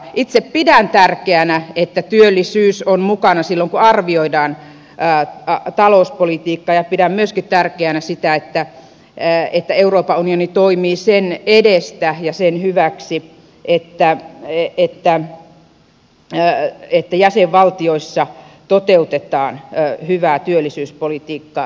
itse pidän tärkeänä että työllisyys on mukana silloin kun arvioidaan talouspolitiikkaa ja pidän tärkeänä myöskin sitä että euroopan unioni toimii sen edestä ja sen hyväksi että jäsenvaltioissa toteutetaan hyvää työllisyyspolitiikkaa